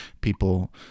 people